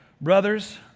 Brothers